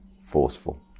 forceful